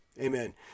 amen